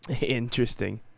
Interesting